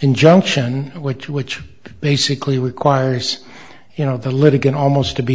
injunction which which basically requires you know the litigant almost to be